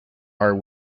are